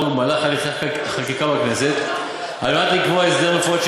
במהלך הליכי החקיקה בכנסת על מנת לקבוע הסדר מפורט,